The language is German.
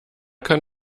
kann